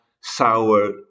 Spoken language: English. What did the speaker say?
sour